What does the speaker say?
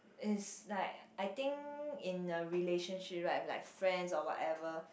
is like I think in a relationship right like friends or whatever